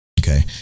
okay